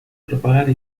propagar